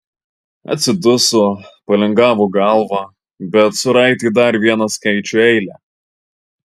atsiduso palingavo galvą bet suraitė dar vieną skaičių eilę